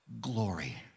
glory